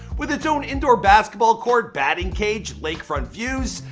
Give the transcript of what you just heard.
with its own indoor basketball court, batting cage, lake-front views,